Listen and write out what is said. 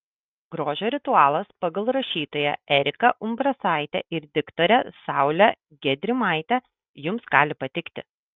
grožio ritualas pagal rašytoją eriką umbrasaitę ir diktorę saulę gedrimaitę jums gali patikti